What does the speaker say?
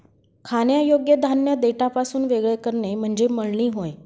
खाण्यायोग्य धान्य देठापासून वेगळे करणे म्हणजे मळणी होय